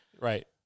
Right